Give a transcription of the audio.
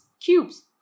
cubes